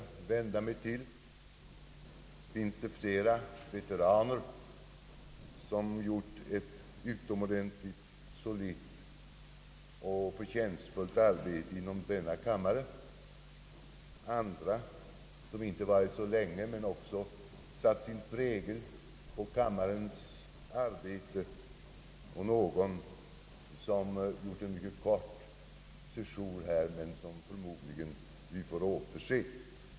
Bland de övriga finns det flera veteraner som gjort ett utomordentligt solitt och förtjänstfullt arbete inom denna kammare, andra som inte varit här så länge men som också satt sin prägel på kammarens arbete, och även någon som gjort en mycket kort sejour här men som vi förmodligen får återse.